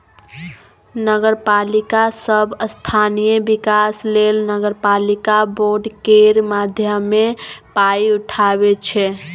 नगरपालिका सब स्थानीय बिकास लेल नगरपालिका बॉड केर माध्यमे पाइ उठाबै छै